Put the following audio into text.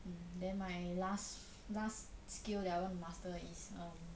um then my last last skill that I want master is um